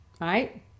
Right